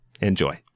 enjoy